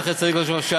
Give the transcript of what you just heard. זכר צדיק לברכה,